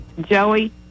Joey